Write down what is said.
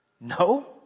No